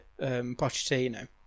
Pochettino